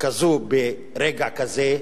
כזו ברגע כזה,